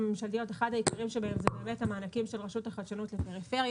אחד הדברים העיקריים זה המענקים של רשות החדשנות לפריפריה.